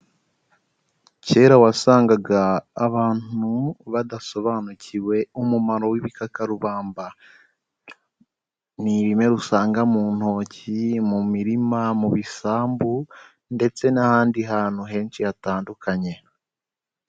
Kera wasangaga abantu badasobanukiwe umumaro w'ibikakarubamba, ni ibimera usanga mu ntoki, mu mirima, mu bisambu ndetse n'ahandi hantu henshi hatandukanye.